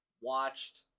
watched